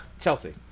Chelsea